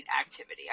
activity